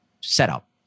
setup